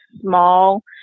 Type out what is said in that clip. small